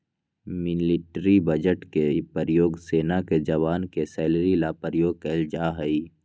military budget के प्रयोग सेना के जवान के सैलरी ला प्रयोग कइल जाहई